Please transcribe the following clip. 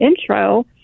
intro